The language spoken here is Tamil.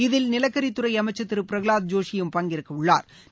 இதில் நிலக்கரி துறை அமைச்சர் திரு பிரகலாத் ஜோஷியும் பங்கேற்க உள்ளாா்